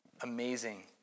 amazing